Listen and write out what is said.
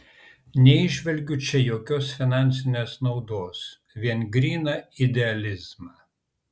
neįžvelgiu čia jokios finansinės naudos vien gryną idealizmą